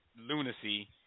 lunacy